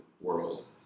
world